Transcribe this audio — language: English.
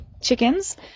chickens